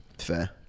Fair